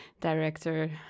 director